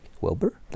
Wilbur